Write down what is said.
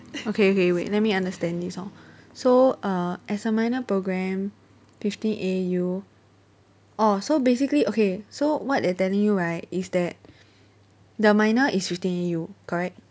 okay okay wait let me understand this hor so err as a minor programme fifteen A_U orh so basically okay so what they are telling you right is that the minor is fifteen A_U correct